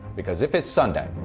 because if it's sunday,